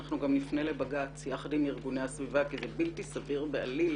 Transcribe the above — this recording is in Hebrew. אנחנו גם נפנה לבג"ץ יחד עם ארגוני הסביבה כי זה בלתי סביר בעליל